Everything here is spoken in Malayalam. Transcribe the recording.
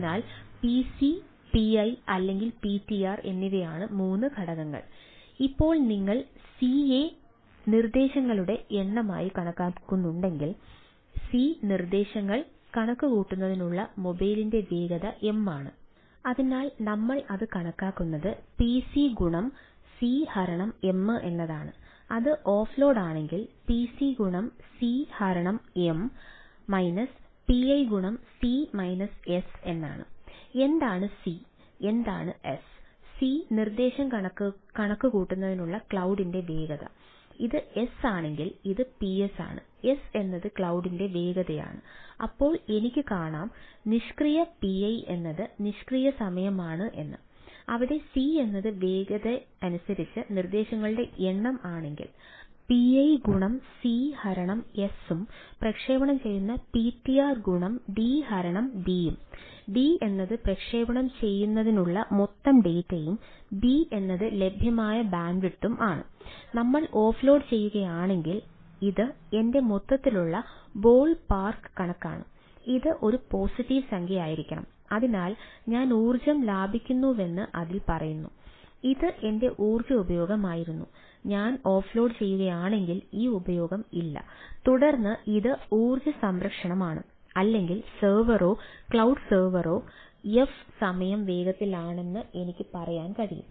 അതിനാൽ ഇത് എസ് ആണെങ്കിൽ ഇത് Ps ആണ് S എന്നത് ക്ലൌഡി സമയം വേഗത്തിലാണെന്ന് എനിക്ക് പറയാൻ കഴിയും അപ്പോൾ എനിക്ക് S FxM കാണാൻ കഴിയും